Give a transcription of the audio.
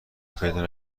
پیدا